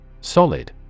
Solid